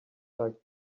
like